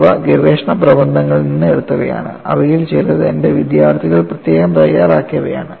ഇവ ഗവേഷണ പ്രബന്ധങ്ങളിൽ നിന്ന് എടുത്തവയാണ് അവയിൽ ചിലത് എന്റെ വിദ്യാർത്ഥികൾ പ്രത്യേകം തയ്യാറാക്കിയവയാണ്